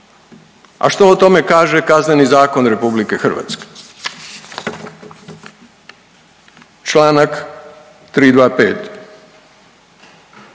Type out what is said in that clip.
A što o tome kaže Kazneni zakon Republike Hrvatske? Članak 325.: